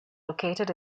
located